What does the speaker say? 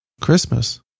Christmas